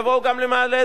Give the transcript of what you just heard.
יבואו גם למעלה-אדומים,